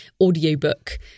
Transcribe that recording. audiobook